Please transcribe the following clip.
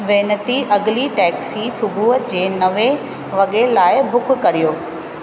वेनिती अॻिली टैक्सी सुबुह जे नवे वॻे लाइ बुक करियो